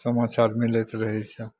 समाचार मिलैत रहै छै